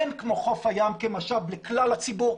אין כמו חוף הים כמשאב לכלל הציבור,